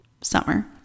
summer